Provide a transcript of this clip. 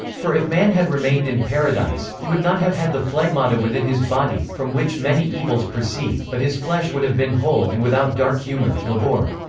for if man had remained in paradise, he would not have had the flegmata within his body, from which many evils proceed, but his flesh would have been whole and without dark humor livor.